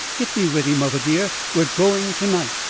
get me ready, mother dear we are going to-night.